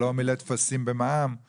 או לא מילא טפסים במע"מ, יתאים גם כאן.